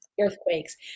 Earthquakes